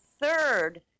third